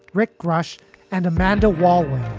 rick rush and amanda walwa,